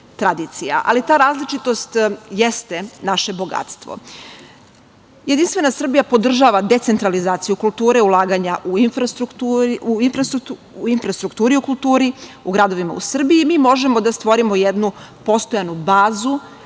ali ta različitost jeste naše bogatstvo. Jedinstvena Srbije podržava decentralizaciju kulture ulaganja u infrastrukturi u kulturi u gradovima u Srbiji, mi možemo da stvorimo jednu postojanu bazu